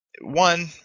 One